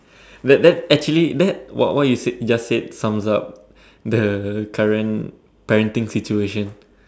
that that that actually that what what you said just said sums up the current parenting situation